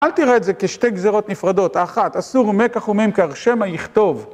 אל תראה את זה כשתי גזרות נפרדות, האחת, אסור מקח וממכר שמא יכתוב.